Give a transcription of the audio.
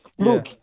Look